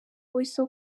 weasel